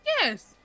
yes